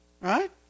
right